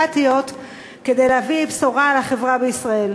כדי להביא בשורה לחברה בישראל.